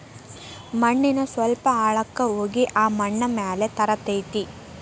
ಮಣ್ಣಿನ ಸ್ವಲ್ಪ ಆಳಕ್ಕ ಹೋಗಿ ಆ ಮಣ್ಣ ಮ್ಯಾಲ ತರತತಿ